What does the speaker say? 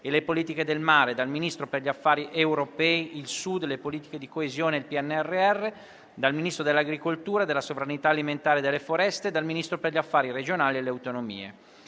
e le politiche del mare, dal Ministro per gli affari europei, il Sud, le politiche di coesione e il PNRR, dal Ministro dell'agricoltura, della sovranità alimentare e delle foreste e dal Ministro per gli affari regionali e le autonomie:*